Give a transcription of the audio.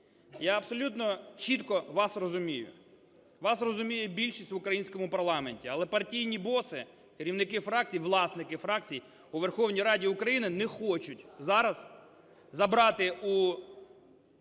Я абсолютно чітко вас розумію. Вас розуміє більшість в українському парламенті, але партійні боси, керівники фракцій, власники фракцій у Верховній Раді України не хочуть зараз забрати у